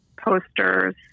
posters